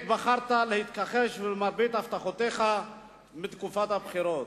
בעת שבחרת להתכחש למרבית הבטחותיך מתקופת הבחירות,